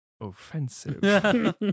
offensive